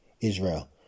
Israel